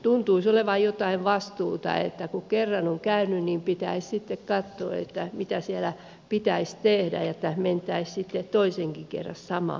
tuntuisi olevan jotain vastuuta että kun kerran on käynyt niin pitäisi sitten katsoa mitä siellä pitäisi tehdä että mentäisiin sitten toisenkin kerran samaan paikkaan